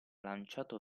lanciato